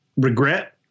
regret